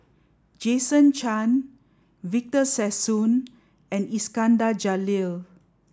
jason Chan Victor Sassoon and Iskandar Jalil